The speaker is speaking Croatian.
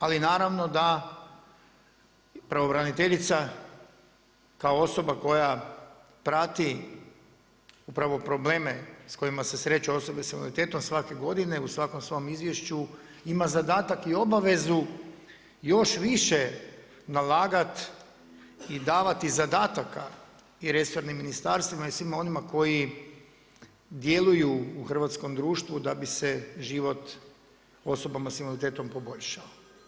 Ali naravno da pravobraniteljica kao osoba koja prati upravo probleme s kojima se sreću osobe sa invaliditetom, svake godine, u svakom svom izvješću ima zadatak i obavezu još više nalagati i davati zadataka i resornim ministarstvima i svima onima koji djeluju u hrvatskom društvu da bi se život osobama sa invaliditetom poboljšao.